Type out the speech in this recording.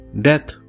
death